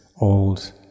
old